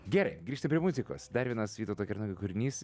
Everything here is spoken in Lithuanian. gerai grįžtam prie muzikos dar vienas vytauto kernagio kūrinys